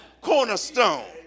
cornerstone